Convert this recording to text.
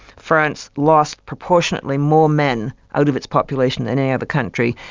france lost proportionately more men out of its population than any other country,